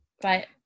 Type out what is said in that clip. But-